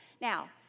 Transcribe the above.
now